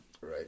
Right